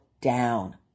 down